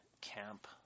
camp